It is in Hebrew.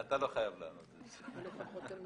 אתה לא חייב לענות, זה בסדר.